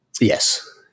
yes